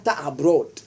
abroad